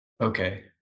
Okay